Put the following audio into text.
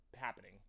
happening